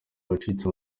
wacitse